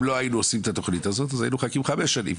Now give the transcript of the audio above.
אם לא היינו עושים את התוכנית הזאת אז היינו מחכים חמש שנים.